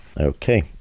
Okay